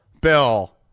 Bill